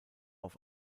auf